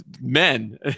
men